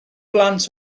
blant